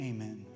Amen